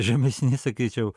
žemesni sakyčiau